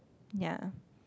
ya